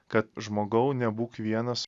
kad žmogau nebūk vienas